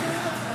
נתקבלה.